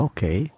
Okay